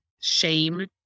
shame